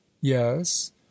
yes